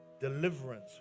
Deliverance